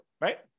right